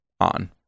on